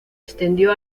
extendió